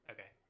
Okay